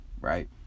right